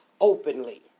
openly